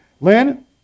Lynn